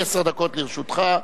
עשר דקות לרשותך.